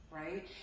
right